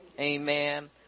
Amen